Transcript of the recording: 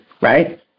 Right